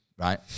right